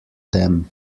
them